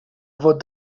vot